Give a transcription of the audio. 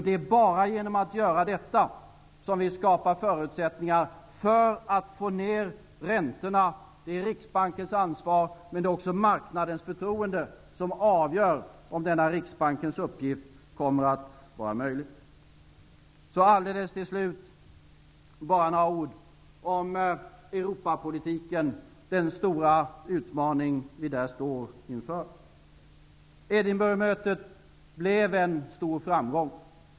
Det är bara genom att göra detta som vi skapar förutsättningar för att få ner räntorna. Det är Riksbankens ansvar, men det är också marknadens förtroende som avgör om denna Riksbankens uppgift kommer att vara möjlig. Så till slut några ord om Europapolitiken och den stora utmaning vi där står inför. Edinburghmötet blev en stor framgång.